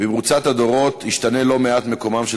במרוצת הדורות השתנה לא מעט מקומם של